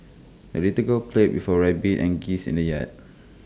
the little girl played with her rabbit and geese in the yard